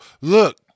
look